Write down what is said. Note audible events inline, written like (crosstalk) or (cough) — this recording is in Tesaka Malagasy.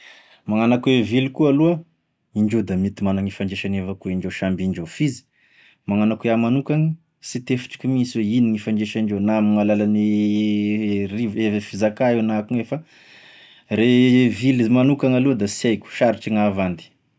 Magnano akone vily koa aloha, indreo da mety managny fifandraisany avao koa indreo samby indreo, f'izy magnano ako iah manokagny, sy tefitriko mihinsy hoe ino gn'ifandraisan-dreo na amin'ny alalan'ny (hesitation) riv- fizaka io na akognay fa, re (hesitation) vily manokana aloha da sy aiko sarotry gn'havandy.